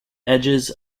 edges